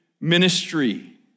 ministry